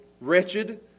wretched